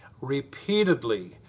repeatedly